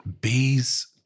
bees